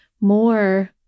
more